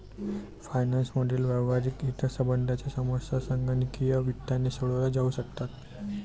finance मधील व्यावहारिक हितसंबंधांच्या समस्या संगणकीय वित्ताने सोडवल्या जाऊ शकतात